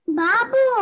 babu